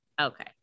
Okay